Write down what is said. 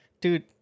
dude